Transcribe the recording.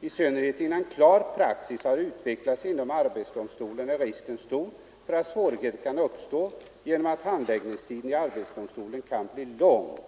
I synnerhet innan klar praxis har utvecklats inom arbetsdomstolen är risken stor för att svårigheter kan uppstå genom att handläggningstiden i arbetsdomstolen kan bli lång.